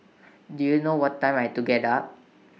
do you know what time I to get up